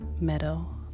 meadow